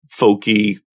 folky